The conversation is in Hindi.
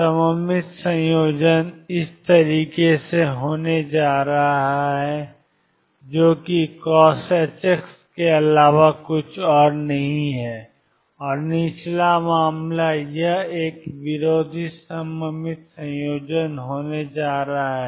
सममित संयोजन ee होने जा रहा है जो कि cosh x के अलावा और कुछ नहीं है और निचला मामला यह एक विरोधी सममित संयोजन होने जा रहा है